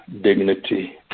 dignity